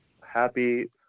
Happy